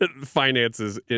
finances